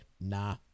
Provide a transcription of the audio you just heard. nah